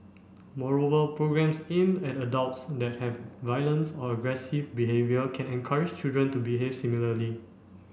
moreover programmes aimed at adults that have violence or aggressive behaviour can encourage children to behave similarly